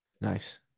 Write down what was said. Nice